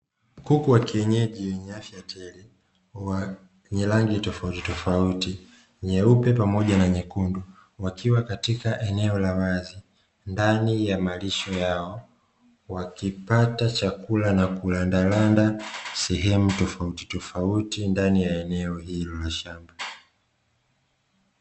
Kuku wa kienyeji wenye afya tele wenye rangi tofautitofauti nyeupe pamoja na nyekundu, wakiwa katika eneo la wazi ndani ya malisho yao wakipata chakula na kurandaranda sehemu tofautitofauti ndani ya eneo hilo la shamba.